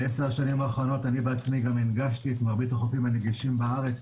ב-10 השנים האחרונות אני בעצמי גם הנגשתי את מרבית החופים הנגישים בארץ,